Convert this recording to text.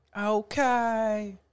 Okay